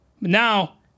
Now